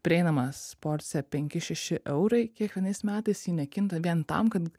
prieinamas porcija penki šeši eurai kiekvienais metais ji nekinta vien tam kad